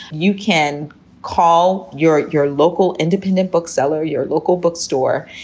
you can call your your local independent bookseller, your local bookstore,